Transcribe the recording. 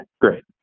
great